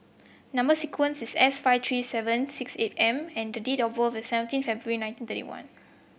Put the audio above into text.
number sequence is S five three seven six eight M and the date of birth is seventeen February nineteen thirty one